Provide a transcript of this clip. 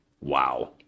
Wow